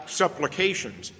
supplications